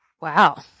Wow